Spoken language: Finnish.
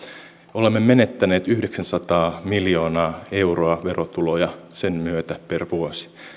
olemme menettäneet yhdeksänsataa miljoonaa euroa verotuloja sen myötä per vuosi